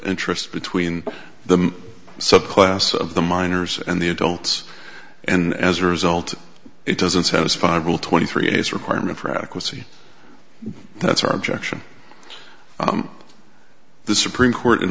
interest between the subclass of the minors and the a don't and as a result it doesn't satisfy rule twenty three is requirement for adequacy that's our objection the supreme court in